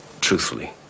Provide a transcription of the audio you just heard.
truthfully